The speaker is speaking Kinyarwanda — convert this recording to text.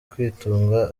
kwitunga